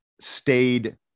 stayed